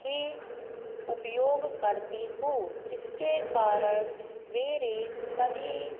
ही उपयोग करती हूँ जिसके कारण मेरे सभी